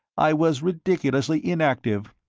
i was ridiculously inactive.